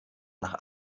nach